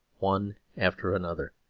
one after another,